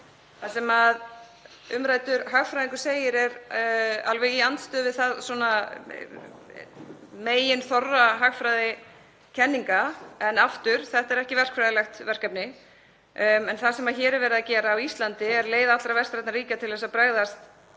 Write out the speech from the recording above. Það sem umræddur hagfræðingur segir er alveg í andstöðu við meginþorra hagfræðikenninga en aftur, þetta er ekki verkfræðilegt verkefni. Það sem er verið að gera á Íslandi er leið allra vestrænna ríkja til að bregðast